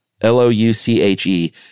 L-O-U-C-H-E